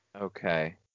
Okay